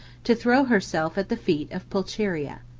to throw herself at the feet of pulcheria.